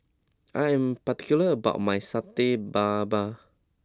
I am particular about my Satay Babat